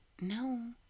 no